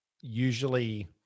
usually